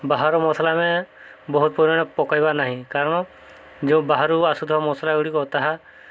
ବାହାର ମସଲା ଆମେ ବହୁତ ପରିମାଣ ପକାଇବା ନାହିଁ କାରଣ ଯୋଉ ବାହାରୁ ଆସୁଥିବା ମସଲାଗୁଡ଼ିକ ତାହା